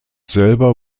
selber